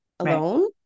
alone